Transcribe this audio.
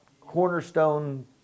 cornerstone